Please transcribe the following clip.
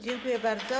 Dziękuję bardzo.